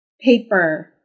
paper